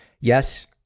Yes